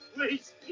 Please